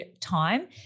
time